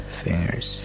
fingers